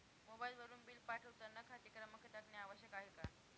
मोबाईलवरून बिल पाठवताना खाते क्रमांक टाकणे आवश्यक आहे का?